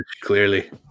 clearly